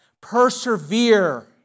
persevere